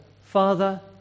Father